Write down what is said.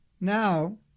now